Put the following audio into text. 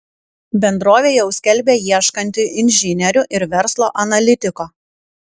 bendrovė jau skelbia ieškanti inžinierių ir verslo analitiko